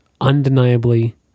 Undeniably